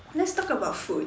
let's talk about food